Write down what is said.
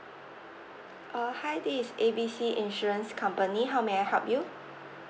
uh hi this is A B C insurance company how may I help you